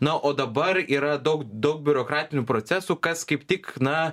na o dabar yra daug daug biurokratinių procesų kas kaip tik na